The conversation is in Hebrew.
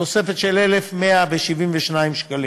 תוספת של 1,172 שקלים.